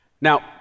Now